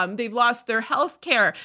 um they've lost their health care.